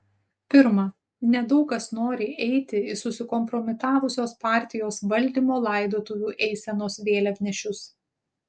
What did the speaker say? pirma nedaug kas nori eiti į susikompromitavusios partijos valdymo laidotuvių eisenos vėliavnešius